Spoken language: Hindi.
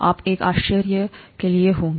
आप एक आश्चर्य के लिए होगा